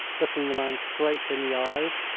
looking the man straight in the eyes.